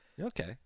Okay